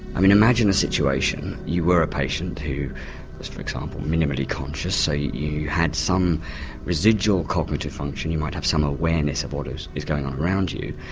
i mean image the situation you were a patient who was, for example, minimally conscious say you you had some residual cognitive function, you might have some awareness of what is is going on around you,